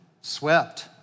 swept